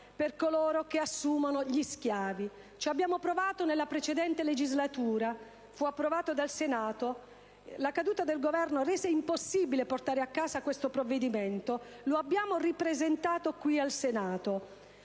per coloro che assumono gli schiavi. Ci abbiamo provato nella precedente legislatura: il disegno di legge fu approvato dal Senato ma la caduta del Governo rese impossibile portare a casa questo provvedimento, che abbiamo pertanto ripresentato qui al Senato